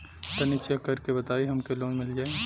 तनि चेक कर के बताई हम के लोन मिल जाई?